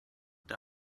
der